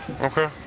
Okay